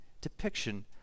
depiction